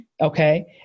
okay